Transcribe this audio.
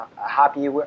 happy